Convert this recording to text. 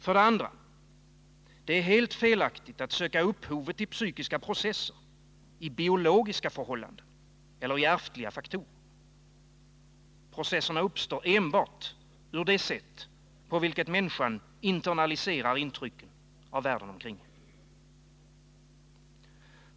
För det andra: Det är helt felaktigt att söka upphovet till psykiska processer i biologiska förhållanden eller ärftliga faktorer. Processerna uppstår enbart ur sättet på vilket människan internaliserar intrycken av världen omkring sig.